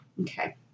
Okay